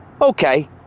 Okay